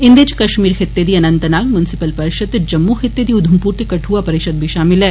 इन्दे च कश्मीर खिते दी अन्नतनाग म्यूनिसिपल परषिद ते जम्मू खिते दी उघमपुर ते कठुआ परिषद बी शामल ऐ